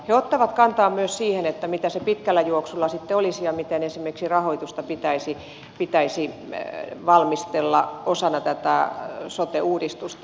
he ottavat kantaa myös siihen mitä se pitkällä juoksulla sitten olisi ja miten esimerkiksi rahoitusta pitäisi valmistella osana tätä sote uudistusta